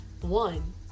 One